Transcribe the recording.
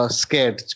scared